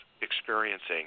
experiencing